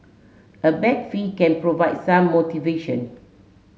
a bag fee can provide some motivation